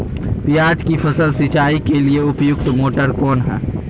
प्याज की फसल सिंचाई के लिए उपयुक्त मोटर कौन है?